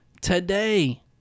today